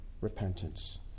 repentance